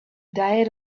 diet